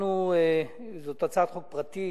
זאת הצעת חוק פרטית,